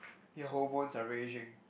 your hormones are raging